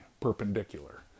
perpendicular